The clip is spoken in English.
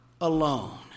alone